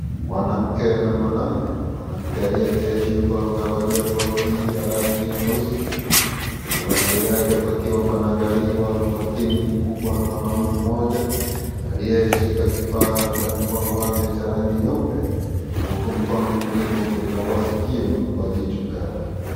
Mwanamke na mwanmume. Mwanamke aliyeketi aua kavalia koti ya rangi nyeusi. Kwenye masikio yake pakiwa panaangaliwa na umakini mkubwa na mwanamume mmoja aliyeshika kifaa katika mkono wake cha rangi nyeupe huku mkono mwingine ukikagua sikio kwa jicho kali.